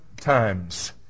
times